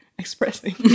expressing